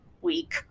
week